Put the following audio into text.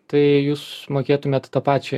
tai jūs mokėtumėt tą pačią